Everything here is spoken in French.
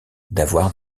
d’avoir